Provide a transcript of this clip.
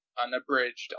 unabridged